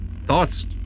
thoughts